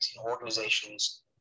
organizations